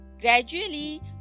Gradually